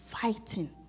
fighting